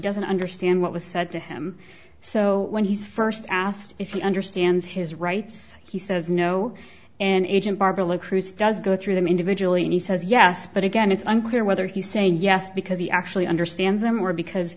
doesn't understand what was said to him so when he's first asked if he understands his rights he says no and agent barbara lee cruz does go through them individually and he says yes but again it's unclear whether he's saying yes because he actually understands them or because